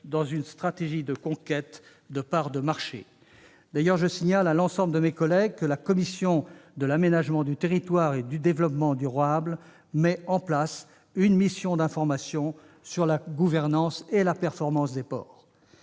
dans une stratégie de conquête de parts de marché. D'ailleurs, je tiens à signaler à l'ensemble de mes collègues que la commission de l'aménagement du territoire et du développement durable met en place une mission d'information sur la gouvernance et la performance de nos ports.